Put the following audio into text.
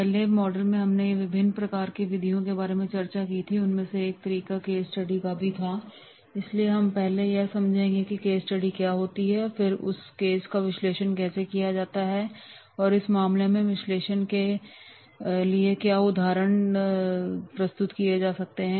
पहले मॉडल में हमने विभिन्न विधियों के बारे में चर्चा की है और उसने एक तरीका केस स्टडीज का भी था इसलिए हम पहले यह समझेंगे कि केस स्टडी क्या होती है और फिर केस विश्लेषण कैसे किया जाता है और इस मामले में विश्लेषण के एक मामले को मैंने उदाहरण के रूप में भी लिया है